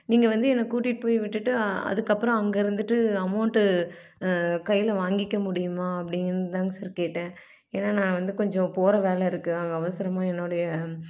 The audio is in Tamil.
நீங்கள் வந்து என்னை கூட்டிகிட்டு போய் விட்டுவிட்டு அதுக்கப்புறம் அங்கே இருந்துவிட்டு அமௌண்ட்டு கையில் வாங்கிக்க முடியுமா அப்படிங்கன்னு தாங்க சார் கேட்டேன் ஏன்னால் நான் வந்து கொஞ்சம் போகிற வேலை இருக்குது அங்கே அவசரமாக என்னுடைய